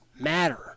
matter